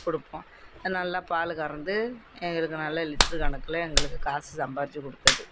கொடுப்போம் அது நல்லா பால் கறந்து எங்களுக்கு நல்லா லிட்ரு கணக்கில் எங்களுக்கு காசு சம்பாதிச்சி கொடுத்தது